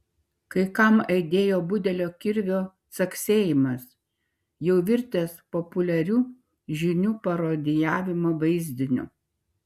kai kam aidėjo budelio kirvio caksėjimas jau virtęs populiariu žinių parodijavimo vaizdiniu